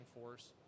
force